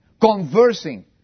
conversing